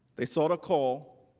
they sought a call